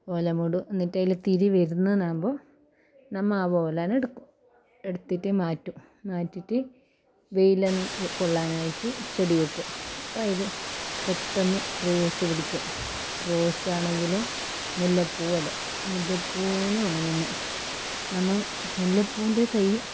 ഓല മൂടും എന്നിട്ട് അതിൽ തിരി വരുന്നതാകുമ്പോൾ നമ്മൾ ആ ഓലനെ എടുക്കും എടുത്തിട്ട് മാറ്റും മാറ്റിയിട്ട് വെയിൽ കൊള്ളാനായിട്ട് ചെടി വയ്ക്കും അപ്പം അതിൽ പെട്ടെന്ന് റോസ് പിടിക്കും റോസ് ആണെങ്കിലും മുല്ലപ്പൂവും അതെ മുല്ലപ്പൂവിനും അങ്ങനെ തന്നെ നമ്മൾ മുല്ലപ്പൂവിൻ്റെ തൈ